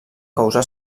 causar